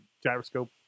Gyroscope